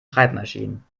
schreibmaschinen